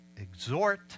exhort